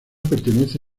pertenece